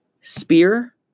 spear